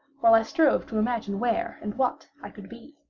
while i strove to imagine where and what i could be.